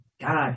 God